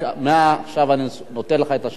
מעכשיו אני נותן לך את שלוש הדקות.